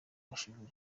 bashoboye